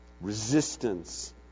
resistance